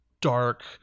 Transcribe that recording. dark